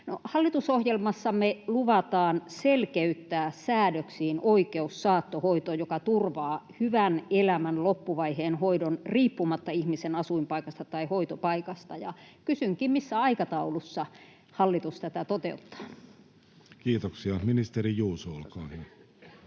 Hallitusohjelmassamme luvataan selkeyttää säädöksiin oikeus saattohoitoon, joka turvaa hyvän elämän loppuvaiheen hoidon riippumatta ihmisen asuinpaikasta tai hoitopaikasta, ja kysynkin: missä aikataulussa hallitus tätä toteuttaa? [Speech 102] Speaker: Jussi Halla-aho